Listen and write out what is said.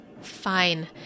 Fine